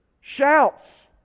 shouts